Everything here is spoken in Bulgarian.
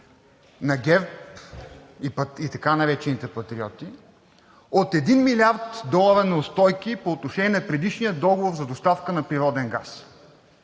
на ГЕРБ и така наречените Патриоти, от един милиард долара неустойки по отношение на предишния договор за доставка на природен газ.